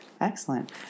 Excellent